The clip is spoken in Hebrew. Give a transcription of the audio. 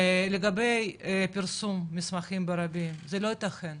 לגבי פרסום מסמכים ברבים, זה לא יתכן,